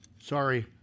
Sorry